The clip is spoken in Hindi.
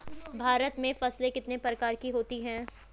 भारत में फसलें कितने प्रकार की होती हैं?